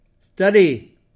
study